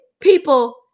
People